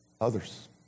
others